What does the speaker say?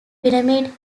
pyramid